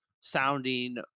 sounding